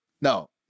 No